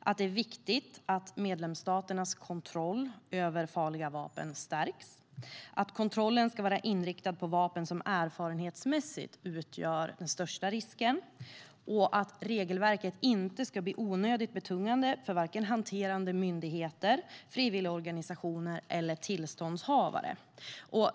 att det är viktigt att medlemsstaternas kontroll över farliga vapen stärks att kontrollen ska vara inriktad på vapen som erfarenhetsmässigt utgör den största risken att regelverket inte ska bli onödigt betungande för vare sig hanterande myndigheter, frivilligorganisationer eller tillståndshavare.